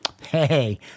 hey